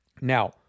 Now